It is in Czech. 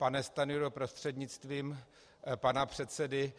Pane Stanjuro, prostřednictvím pana předsedy.